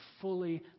fully